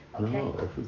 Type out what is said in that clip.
No